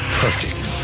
perfect